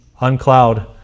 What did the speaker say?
uncloud